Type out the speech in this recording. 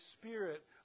spirit